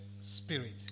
spirit